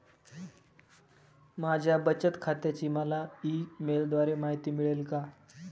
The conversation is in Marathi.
माझ्या बचत खात्याची मला ई मेलद्वारे माहिती मिळेल का?